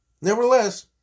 Nevertheless